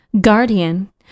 guardian